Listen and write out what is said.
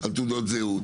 על תעודות זהות,